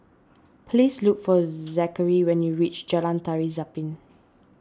please look for Zachary when you reach Jalan Tari Zapin